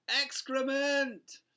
excrement